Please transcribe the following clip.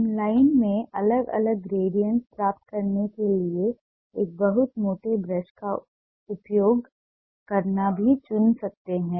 हम लाइन में अलग अलग ग्रेडिएटर्स प्राप्त करने के लिए एक बहुत मोटे ब्रश का उपयोग करना भी चुन सकते हैं